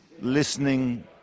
listening